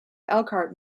elkhart